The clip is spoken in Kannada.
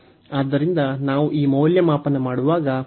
ಆದ್ದರಿಂದ ನಾವು ಈ ಮೌಲ್ಯಮಾಪನ ಮಾಡುವಾಗ ಇದು 524 ಆಗಿರುತ್ತದೆ